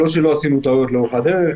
לא שלא עשינו טעויות לאורך הדרך,